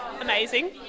Amazing